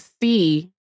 see